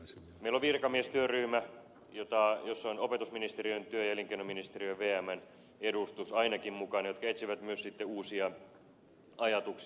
meillä on virkamiestyöryhmä jossa on opetusministeriön työ ja elinkeinoministeriön ja vmn edustus ainakin mukana joka etsii myös sitten uusia ajatuksia